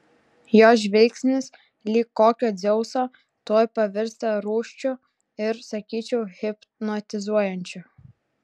jos žvilgsnis lyg kokio dzeuso tuoj pavirsta rūsčiu ir sakyčiau hipnotizuojančiu